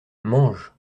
mange